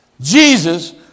Jesus